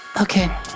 Okay